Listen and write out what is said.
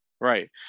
right